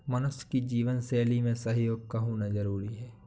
मनुष्य की जीवन शैली में सहयोग का होना जरुरी है